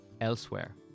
elsewhere